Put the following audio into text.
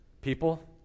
people